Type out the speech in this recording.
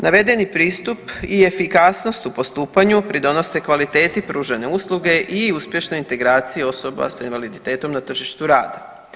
Navedeni pristup i efikasnost u postupanju pridonose kvaliteti pružene usluge i uspješne integracije osoba sa invaliditetom na tržištu rada.